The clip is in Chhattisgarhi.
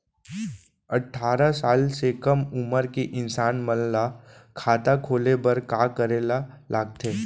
अट्ठारह साल से कम उमर के इंसान मन ला खाता खोले बर का करे ला लगथे?